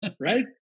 Right